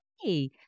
hey